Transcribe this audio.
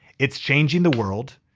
it's changing the world.